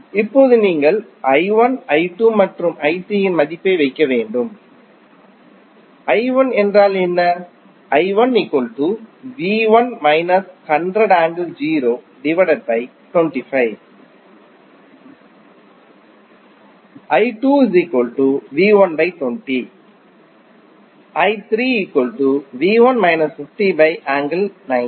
இப்போது நீங்கள் மற்றும் இன் மதிப்பை வைக்க வேண்டும் என்றால் என்ன